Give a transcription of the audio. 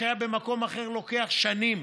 במקום אחר זה היה לוקח שנים,